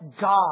God